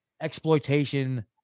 exploitation